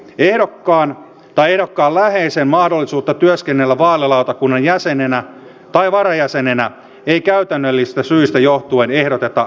ehdokkaan tai ehdokkaan läheisen mahdollisuutta työskennellä vaalilautakunnan jäsenenä tai varajäsenenä ei käytännöllisistä syistä johtuen ehdoteta rajoitettavaksi